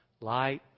light